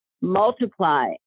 multiply